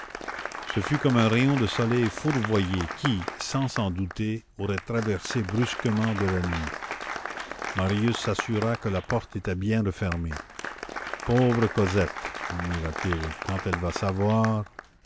ce fut comme un rayon de soleil fourvoyé qui sans s'en douter aurait traversé brusquement de la nuit marius s'assura que la porte était bien refermée pauvre cosette murmura-t-il quand elle va savoir